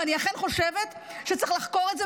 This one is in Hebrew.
ואני אכן חושבת שצריך לחקור את זה,